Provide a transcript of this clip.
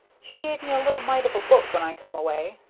she give me a little mite of a book, when i come away.